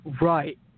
Right